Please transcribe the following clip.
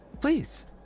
Please